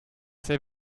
sehr